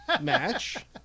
match